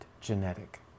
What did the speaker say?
genetic